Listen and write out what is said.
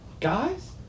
Guys